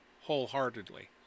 wholeheartedly